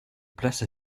places